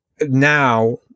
now –